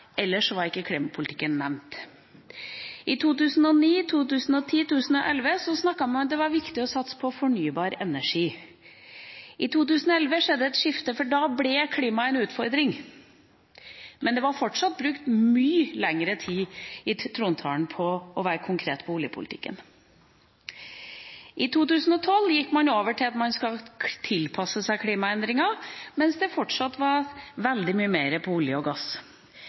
Ellers var ikke klimapolitikken nevnt. I 2009, 2010 og 2011 snakket man om at det var viktig å satse på fornybar energi. I 2011 skjedde et skifte, for da ble klima en utfordring. Men det var fortsatt brukt mye lengre tid i trontalen på å være konkret på oljepolitikken. I 2012 gikk man over til at man skulle tilpasse seg klimaendringer, mens det fortsatt gikk veldig mye mer på olje og gass.